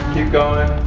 going,